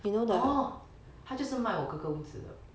orh 她就是卖我哥哥屋子的